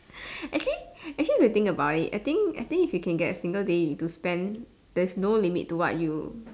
actually actually if you think about it I think I think if you can get a single day to spend there's no limit to what you